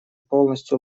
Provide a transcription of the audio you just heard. полностью